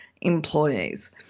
employees